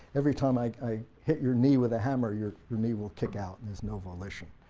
every time i i hit your knee with a hammer your your knee will kick out and there's no volition.